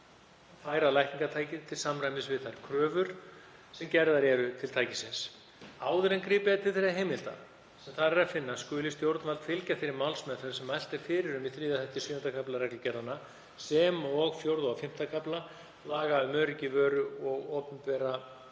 að færa lækningatæki til samræmis við þær kröfur sem gerðar eru til tækisins. Áður en gripið er til þeirra heimilda sem þar er að finna skuli stjórnvald fylgja þeirri málsmeðferð sem mælt er fyrir um í 3. þætti VII. kafla reglugerðanna sem og IV. og V. kafla laga um öryggi vöru og opinbera